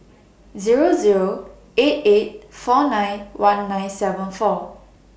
Zero Zero eight eight four nine one nine seven four